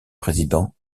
président